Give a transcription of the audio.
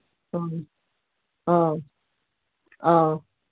ꯑꯥ ꯑꯥ ꯑꯥ